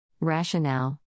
Rationale